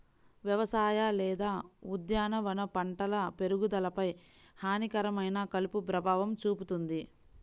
వ్యవసాయ లేదా ఉద్యానవన పంటల పెరుగుదలపై హానికరమైన కలుపు ప్రభావం చూపుతుంది